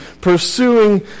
pursuing